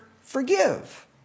forgive